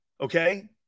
okay